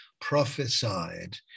prophesied